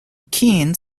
keen